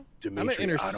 Dimitri